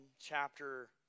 chapter